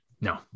No